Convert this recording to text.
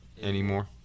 anymore